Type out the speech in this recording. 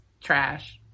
trash